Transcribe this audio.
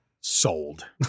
Sold